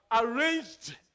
arranged